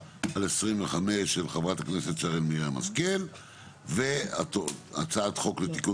פ/799/25 של חברת הכנסת שרן מרים השכל והצעת חוק לתיקון